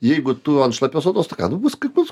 jeigu tu ant šlapios odos ką nu bus kaip bus